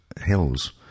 Hills